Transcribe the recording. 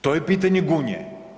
To je pitanje Gunje.